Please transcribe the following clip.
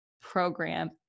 program